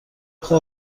خوب